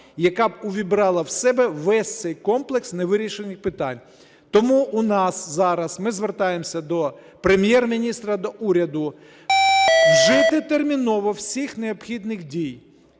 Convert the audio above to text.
яка б увібрала в себе весь цей комплекс невирішених питань. Тому ми зараз звертаємося до Прем'єр-міністра, до уряду вжити терміново всіх необхідних дій.